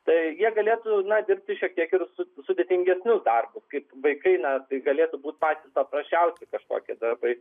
tai jie galėtų na dirbti šiek tiek ir su sudėtingesnius darbus kaip vaikai na tai galėtų būt patys paprasčiausi kažkokie darbai